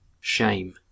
Shame